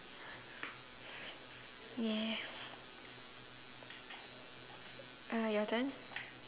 yes uh your turn